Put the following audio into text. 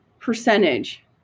percentage